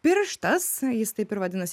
pirštas jis taip ir vadinasi